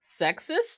sexist